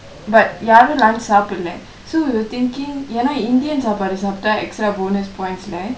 but யாரும்:yaarum lunch சாப்டல:saapdala so we were thinkingk என்ன:enna indian சாப்பாடு சாப்ட்டா:saapaadu saaptaa extra bonus points